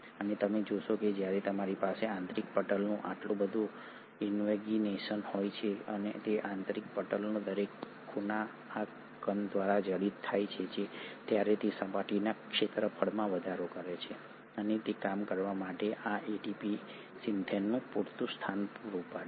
અને તમે જોશો કે જ્યારે તમારી પાસે આંતરિક પટલનું આટલું બધું ઇન્વેગિનેશન હોય છે અને આ આંતરિક પટલનો દરેક ખૂણો આ કણ દ્વારા જડિત થઈ જાય છે ત્યારે તે સપાટીના ક્ષેત્રફળમાં વધારો કરે છે અને તે કામ કરવા માટે આ એટીપી સિન્થેસનું પૂરતું સ્થાન પૂરું પાડે છે